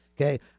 okay